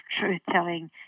truth-telling